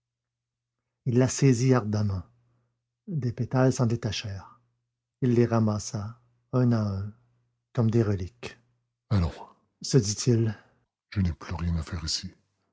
il la saisit ardemment des pétales s'en détachèrent il les ramassa un à un comme des reliques allons se dit-il je n'ai plus rien à faire ici